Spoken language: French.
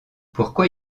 pourquoi